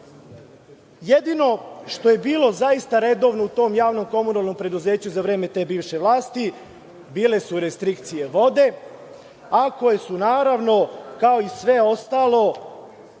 računa. Jedino što je bilo zaista redovno u tom javnom komunalnom preduzeću za vreme te bivše vlasti bile su restrikcije vode, a koje su naravno kao i sve ostalo